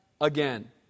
Again